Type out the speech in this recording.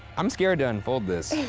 i'm scared to unfold this.